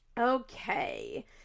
Okay